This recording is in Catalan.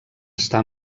està